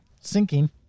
sinking